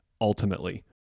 ultimately